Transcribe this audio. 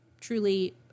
truly